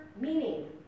meaning